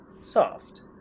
soft